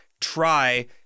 try